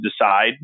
decide